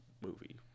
movie